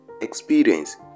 experience